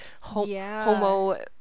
homo